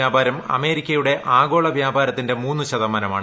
വ്യാപാരം അമേരിക്കയുടെ ആഗോള വാണിജ്യത്തിന്റെ മൂന്നു ശതമാനമാണ്